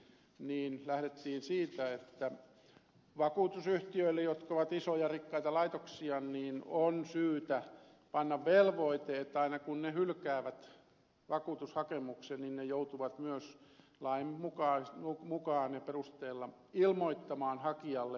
lähdettiin siitä että vakuutusyhtiöille jotka ovat isoja rikkaita laitoksia on syytä panna velvoite että aina kun ne hylkäävät vakuutushakemuksen niin ne joutuvat myös lain mukaan ja perusteella ilmoittamaan hakijalle hylkäysperusteen